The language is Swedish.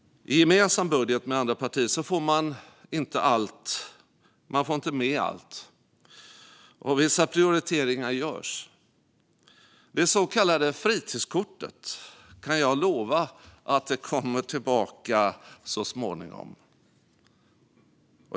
I en gemensam budget, med andra partier, får man inte med allt. Vissa prioriteringar görs. Jag kan lova att det så kallade fritidskortet kommer tillbaka så småningom.